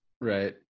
right